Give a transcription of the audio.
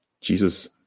Jesus